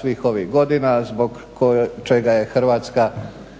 svih ovih godina zbog čega je Hrvatska i